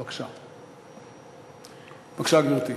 בבקשה, גברתי.